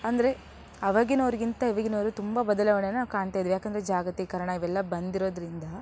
ಅಂದರೆ ಆವಾಗಿನವರಿಗಿಂತ ಇವಾಗಿನವರು ತುಂಬ ಬದಲಾವಣೆಯನ್ನು ನಾವು ಕಾಣ್ತಾಯಿದ್ದೇವೆ ಯಾಕೆಂದ್ರೆ ಜಾಗತೀಕರಣ ಇವೆಲ್ಲ ಬಂದಿರೋದರಿಂದ